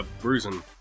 bruising